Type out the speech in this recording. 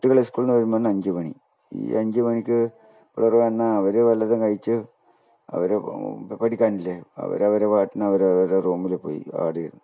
കുട്ടികൾ സ്കൂളിൽ നിന്ന് വരുമ്പം തന്നെ അഞ്ച് മണി ഈ അഞ്ച് മണിക്ക് അവർ വന്നാൽ അവർ വല്ലതും കഴിച്ച് അവർ പഠിക്കാനില്ലേ അവർ അവരെ പാട്ടിന് അവരവരെ റൂമിൽ പോയി അവിടെ ഇരുന്ന്